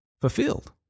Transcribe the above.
fulfilled